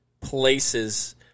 places